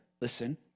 listen